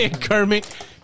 Kermit